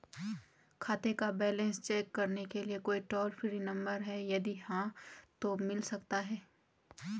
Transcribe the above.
खाते का balance check करने के लिए कोई टॉल फ्री नम्बर भी है यदि हाँ तो मिल सकता है?